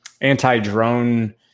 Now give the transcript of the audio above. anti-drone